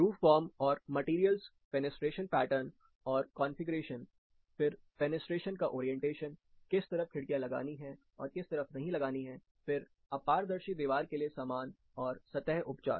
roof form और materials fenestration pattern और configuration फिर फ़ेनेस्ट्रेशन का ओरिएंटेशन किस तरफ खिड़कियां लगानी है और किस तरफ नहीं लगानी है फिर अपारदर्शी दीवार के लिए सामान और सतह उपचार